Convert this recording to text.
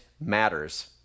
Matters